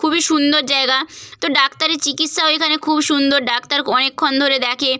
খুবই সুন্দর জায়গা তো ডাক্তারি চিকিৎসাও এখানে খুব সুন্দর ডাক্তার অনেকক্ষণ ধরে দেখে